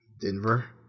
Denver